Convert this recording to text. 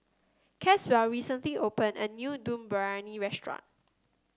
Caswell recently opened a new Dum Briyani Restaurant